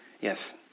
Yes